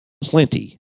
plenty